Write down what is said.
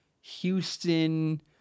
Houston